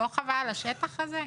לא חבל על השטח הזה?